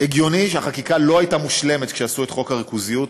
הגיוני שהחקיקה לא הייתה מושלמת כשעשו את חוק הריכוזיות.